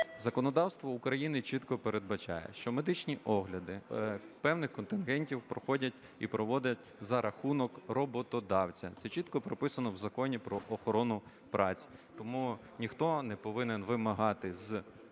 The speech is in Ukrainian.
Законодавство України чітко передбачає, що медичні огляди певних контингентів проходять і проводять за рахунок роботодавця, це чітко прописано в Законі "Про охорону праці". Тому ніхто не повинен вимагати з освітянина